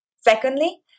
Secondly